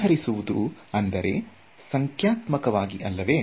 ಪರಿಹರಿಸುವುದು ಅಂದರೆ ಸಂಖ್ಯಾತ್ಮಕವಾಗಿ ಅಲ್ಲವೇ